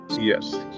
Yes